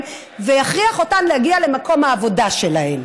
ויכריח אותן להגיע למקום העבודה שלהן.